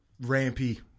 rampy